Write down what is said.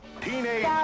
Teenage